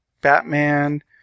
Batman